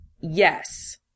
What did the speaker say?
Yes